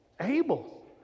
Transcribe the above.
Abel